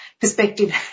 perspective